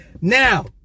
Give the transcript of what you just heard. Now